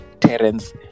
terence